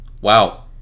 Wow